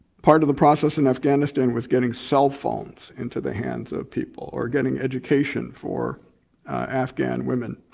part of the process in afghanistan was getting cell phones into the hands of people or getting education for afghan women,